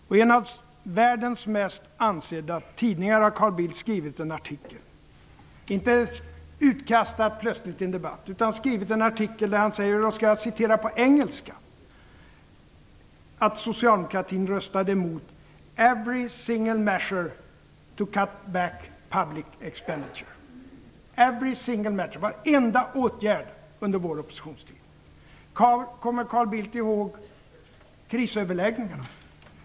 I en av världens mest ansedda tidningar har Carl Bildt skrivit en artikel, inte utkastad plöstligt i en debatt, utan skrivit en artikel där han säger att socialdemokratin röstade emot "every single measure to cut back public expenditure". Varenda åtgärd alltså under vår oppositionstid, skriver Bildt. Kommer Carl Bildt ihåg krisöverläggningarna?